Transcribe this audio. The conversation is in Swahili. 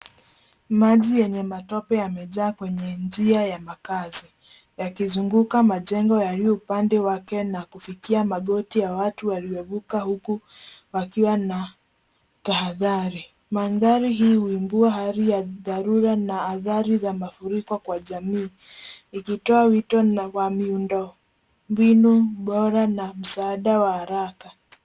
Maji yenye matope yamejaa kwenye njia ya makazi, yakizunguka majengo yaliyo upande wake na kufikia magoti ya watu waliovuka huku wakiwa na tahadhari. Mandhari hii huibua hali ya dharura na athari za mafuriko kwa jamii, ikitoa wito na wa miundo mbinu bora na msaada wa haraka.